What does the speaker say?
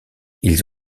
ils